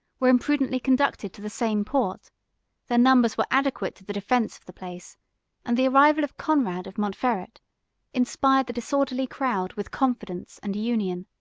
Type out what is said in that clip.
were imprudently conducted to the same port their numbers were adequate to the defence of the place and the arrival of conrad of montferrat inspired the disorderly crowd with confidence and union.